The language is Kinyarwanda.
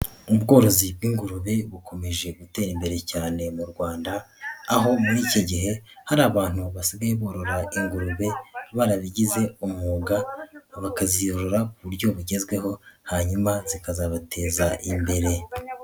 Ubworozi bw'ingurube bukomeje gutera imbere cyane mu Rwanda aho muri iki gihe hari abantu basigaye barora ingurube barabigize umwuga bakazorora ku buryo bugezweho hanyuma zikazabateza imbere.